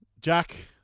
Jack